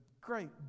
great